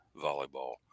volleyball